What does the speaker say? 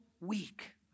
Week